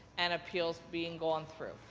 and appeals being gone through.